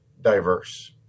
diverse